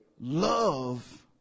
love